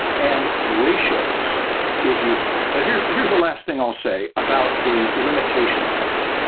and ratios is useful. but here's here's the last thing i'll say about the limitations of it.